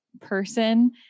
person